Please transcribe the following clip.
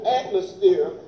atmosphere